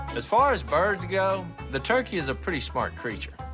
as far as birds go, the turkey is a pretty smart creature.